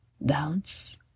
bounce